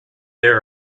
there